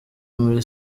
muri